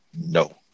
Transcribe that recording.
No